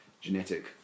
genetic